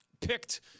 picked